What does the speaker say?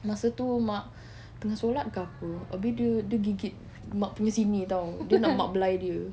masa tu mak tengah solat ke apa habis dia dia gigit mak punya sini [tau] dia nak mak beli dia